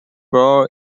born